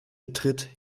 betritt